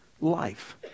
life